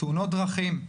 תאונת דרכים,